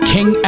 King